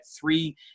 three